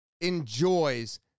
enjoys